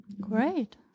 Great